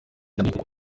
byanjye